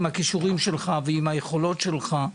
עם הכישורים שלך ועם היכולות שלך,